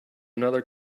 another